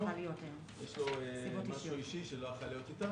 יש את העובדים שלנו.